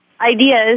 ideas